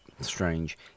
strange